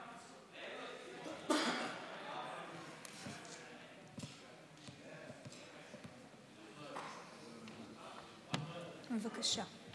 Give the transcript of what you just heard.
בבקשה.